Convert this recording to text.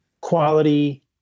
quality